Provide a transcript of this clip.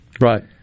right